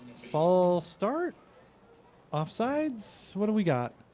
fall start offsides, what do we got?